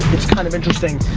it's kind of interesting,